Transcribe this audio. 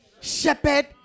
shepherd